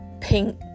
pink